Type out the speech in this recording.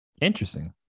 Interesting